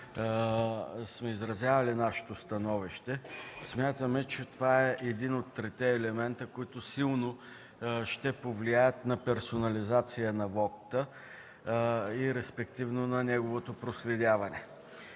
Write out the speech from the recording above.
сме изразявали нашето становище. Смятаме, че това е един от трите елемента, които силно ще повлияят на персонализацията на вота и респективно – на неговото проследяване.